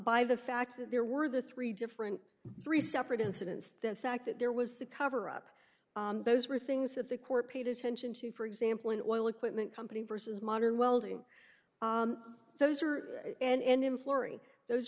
by the fact that there were the three different three separate incidents the fact that there was the cover up those were things that the court paid attention to for example an oil equipment company versus modern welding those